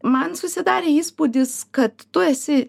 man susidarė įspūdis kad tu esi